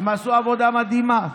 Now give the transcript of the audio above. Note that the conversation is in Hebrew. הן עשו עבודה מדהימה.